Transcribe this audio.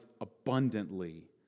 abundantly